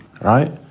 Right